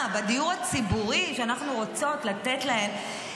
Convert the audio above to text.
בדיור הציבורי שאנחנו רוצות לתת להן,